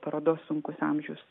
parodos sunkus amžius